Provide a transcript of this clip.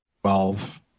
Twelve